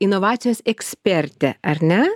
inovacijos ekspertė ar ne